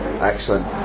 Excellent